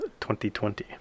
2020